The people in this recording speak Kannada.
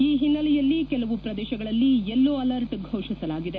ಈ ಹಿನ್ನೆಲೆಯಲ್ಲಿ ಕೆಲವು ಪ್ರದೇಶಗಳಲ್ಲಿ ಯೆಲ್ಲೋ ಅಲಾರ್ಟ್ ಘೋಷಿಸಲಾಗಿದೆ